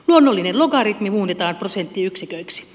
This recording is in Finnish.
luonnollinen logaritmi muunnetaan prosenttiyksiköiksi